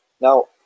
Now